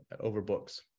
overbooks